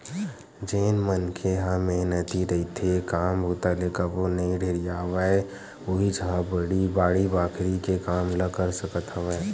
जेन मनखे ह मेहनती रहिथे, काम बूता ले कभू नइ ढेरियावय उहींच ह बाड़ी बखरी के काम ल कर सकत हवय